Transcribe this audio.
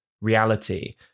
reality